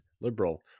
liberal